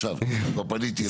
כבר פניתי אליו.